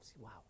Wow